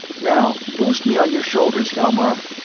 now boost me on your shoulders, hjalmar.